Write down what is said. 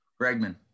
Bregman